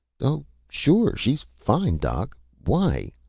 oh, sure, she's fine, doc. why?